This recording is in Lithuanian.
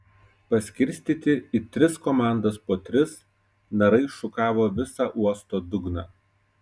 paskirstyti į tris komandas po tris narai šukavo visą uosto dugną